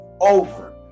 Over